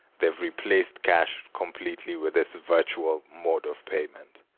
they've replaced cash completely with this virtual mode of payment.